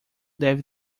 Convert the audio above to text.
deve